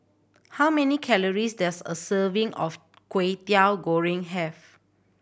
how many calories does a serving of Kway Teow Goreng have